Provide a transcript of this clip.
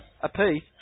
apiece